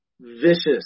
vicious